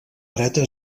dreta